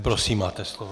Prosím, máte slovo.